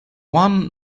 one